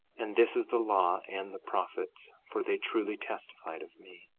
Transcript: and this is the law and the prophets, for they truly testified of me.